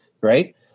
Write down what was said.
right